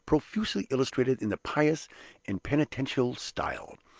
profusely illustrated in the pious and penitential style.